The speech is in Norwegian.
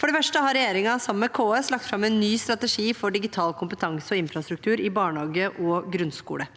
For det første har regjeringen sammen med KS lagt fram en ny strategi for digital kompetanse og infrastruktur i barnehage og grunnskole.